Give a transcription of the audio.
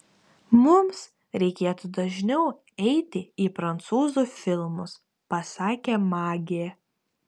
mums reikėtų dažniau eiti į prancūzų filmus pasakė magė